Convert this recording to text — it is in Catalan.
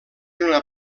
una